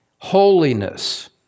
Holiness